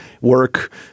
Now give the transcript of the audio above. work